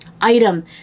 item